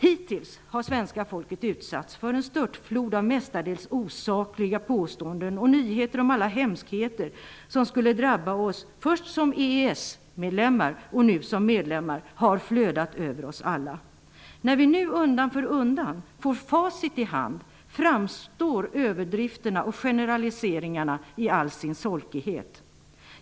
Hittills har svenska folket utsatts för en störtflod av mestadels osakliga påståenden. Nyheter om alla hemskheter som skulle drabba oss, först som EES-medlemmar och nu som EU medlemmar, har flödat över oss alla. När vi nu undan för undan får facit i hand framstår överdrifterna och generaliseringarna i all sin solkighet.